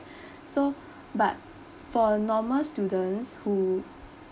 so but for a normal students who